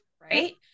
right